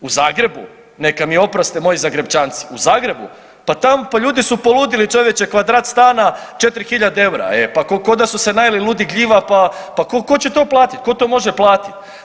U Zagrebu, neka mi oproste moji zagrepčanci, u Zagrebu, pa tam, pa ljudi su poludjeli čovječe kvadrat stana 4.000 eura pa ko da su se najeli ludih gljiva, pa tko će to platiti, tko to može platiti?